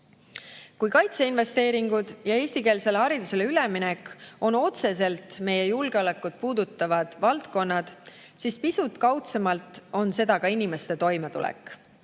kaitseinvesteeringud ja eestikeelsele haridusele üleminek on otseselt meie julgeolekut puudutavad valdkonnad, siis pisut kaudsemalt on seda ka inimeste toimetulek.